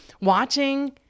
watching